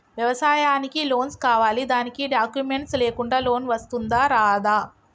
వ్యవసాయానికి లోన్స్ కావాలి దానికి డాక్యుమెంట్స్ లేకుండా లోన్ వస్తుందా రాదా?